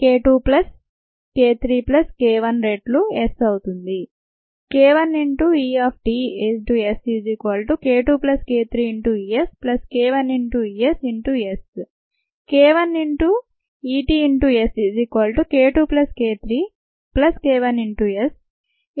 k 2 plus k 3 plus k1 రెట్లు S అవుతుంది